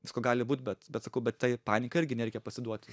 visko gali būt bet bet sakau bet tai panikai irgi nereikia pasiduot